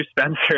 Spencer